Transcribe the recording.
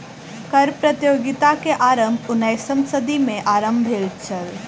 कर प्रतियोगिता के आरम्भ उन्नैसम सदी में आरम्भ भेल छल